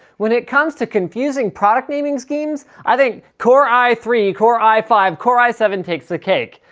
when it comes to confusing product naming schemes, i think core i three, core i five, core i seven takes the cake.